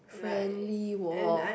friendly !woah!